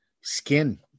skin